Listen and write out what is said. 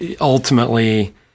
ultimately